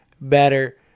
better